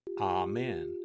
Amen